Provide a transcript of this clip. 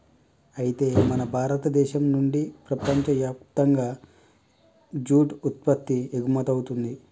అయితే మన భారతదేశం నుండి ప్రపంచయప్తంగా జూట్ ఉత్పత్తి ఎగుమతవుతుంది